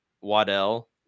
Waddell